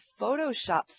Photoshop